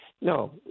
No